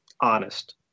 honest